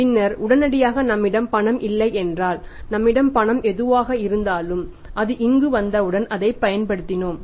பின்னர் உடனடியாக நம்மிடம் பணம் இல்லை என்றால் நம்மிடம் பணம் எதுவாக இருந்தாலும் அது இங்கு வந்தவுடன் அதைப் பயன்படுத்தினோம்